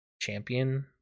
champion